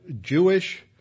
Jewish